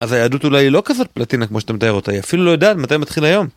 אז היהדות אולי לא כזאת פלטינה כמו שאתה מתאר אותה, היא אפילו לא יודעת מתי מתחיל היום.